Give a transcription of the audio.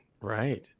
right